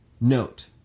Note